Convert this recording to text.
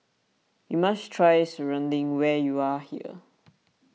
you must try Serunding where you are here